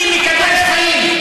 מה מקדשים חיים?